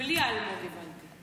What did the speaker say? בלי אלמוג, הבנתי.